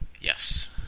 Yes